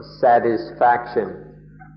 satisfaction